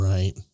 Right